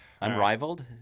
Unrivaled